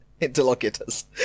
interlocutors